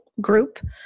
group